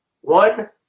one